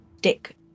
dick